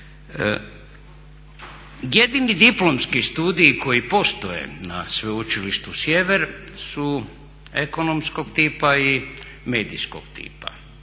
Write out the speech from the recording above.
Jedini diplomski studiji koji postoje na Sveučilištu Sjever su ekonomskog tipa i medijskog tipa.